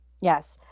yes